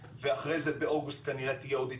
ואחרי זה באוגוסט כנראה תהיה עוד התכנסות.